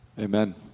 Amen